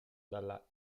dalla